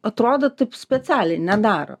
atrodo taip specialiai nedaro